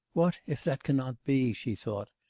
what, if that cannot be she thought.